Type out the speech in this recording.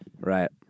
Right